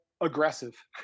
aggressive